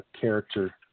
character